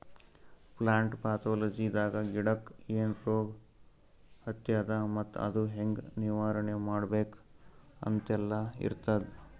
plant ಪ್ಯಾಥೊಲಜಿದಾಗ ಗಿಡಕ್ಕ್ ಏನ್ ರೋಗ್ ಹತ್ಯಾದ ಮತ್ತ್ ಅದು ಹೆಂಗ್ ನಿವಾರಣೆ ಮಾಡ್ಬೇಕ್ ಅಂತೆಲ್ಲಾ ಇರ್ತದ್